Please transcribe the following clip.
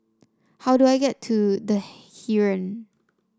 how do I get to The Heeren